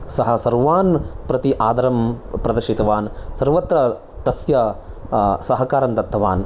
सः सर्वान् प्रति आदरं प्रदर्शितवान् सर्वत्र तस्य सहकारं दत्तवान्